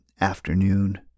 afternoon